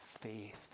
faith